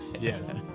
Yes